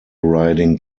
riding